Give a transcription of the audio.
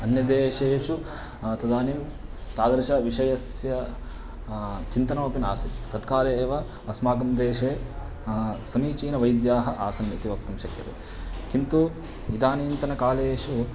अन्यदेशेषु तदानीं तादृश विषयस्य चिन्तनमपि नासीत् तत्काले एव अस्माकं देशे समीचीनाः वैद्याः आसन् इति वक्तुं शक्यते किन्तु इदानीन्तनकालेषु